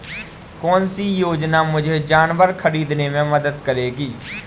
कौन सी योजना मुझे जानवर ख़रीदने में मदद करेगी?